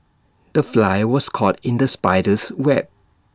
the fly was caught in the spider's web